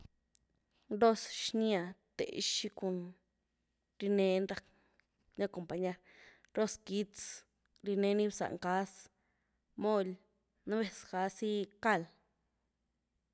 Roz’ xnya, te’xi cun ryneeni racny acompañar, roz’ quitz, rineny bzah ngaz, moly, nu’ vez gazy cal.